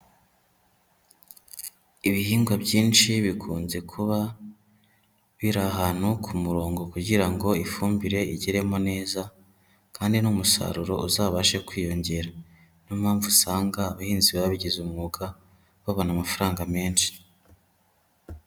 Ibihingwa byinshi bikunze kuba biri ahantu ku murongo kugira ngo ifumbire igeremo neza kandi n'umusaruro uzabashe kwiyongera, niyo mpamvu usanga abahinzi babigize umwuga babona amafaranga menshi.